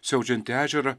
siaučiantį ežerą